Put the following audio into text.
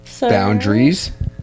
Boundaries